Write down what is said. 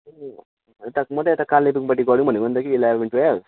म त यता कालिम्पोङबाट गरौँ भनेको नि त के इलेभेन ट्वेल्भ